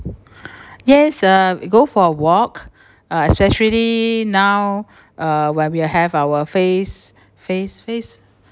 yes uh we go for a walk uh especially now uh when we uh have our phase phase phase